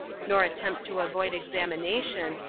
nor attempt to avoid examination,